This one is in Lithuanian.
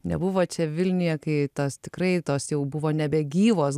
nebuvo čia vilniuje kai tos tikrai tos jau buvo nebegyvos